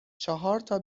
چهارتا